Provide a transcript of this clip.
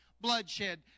bloodshed